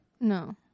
No